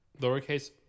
lowercase